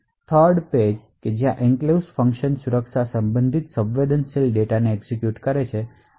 પછી સ્ટેપ 3 એ છે જ્યાં એન્ક્લેવ્સ ફંક્શન એક્ઝેક્યુટ થાય છે અને સુરક્ષા સંબંધિત સંવેદનશીલ ડેટાને પ્રોસેસ કરે છે